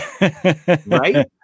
Right